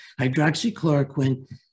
hydroxychloroquine